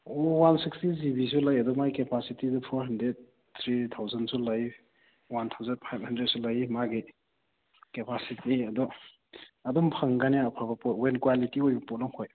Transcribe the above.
ꯑꯣ one sixty GB ꯁꯨ ꯂꯩ ꯑꯗꯣ ꯃꯥꯏ ꯀꯦꯄꯥꯁꯤꯇꯤꯗꯣ ꯐꯣꯔ ꯍꯟꯗ꯭ꯔꯦꯠ ꯊ꯭ꯔꯤ ꯊꯥꯎꯖꯟꯁꯨ ꯂꯩ ꯋꯥꯟ ꯊꯥꯎꯖꯟ ꯐꯥꯏꯞ ꯍꯟꯗ꯭ꯔꯦꯠꯁꯨ ꯂꯩ ꯃꯥꯒꯤ ꯀꯦꯄꯥꯁꯤꯇꯤ ꯑꯗꯣ ꯑꯗꯨꯝ ꯐꯪꯒꯅꯤ ꯑꯐꯕ ꯄꯣꯠ ꯋꯦꯜ ꯀ꯭ꯋꯥꯂꯤꯇꯤ ꯑꯣꯏꯕ ꯄꯣꯠ ꯑꯝꯈꯣꯏ